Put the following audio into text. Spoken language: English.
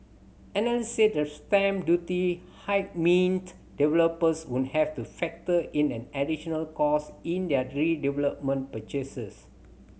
analysts said the stamp duty hike meant developers would have to factor in an additional cost in their redevelopment purchases